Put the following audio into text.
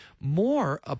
more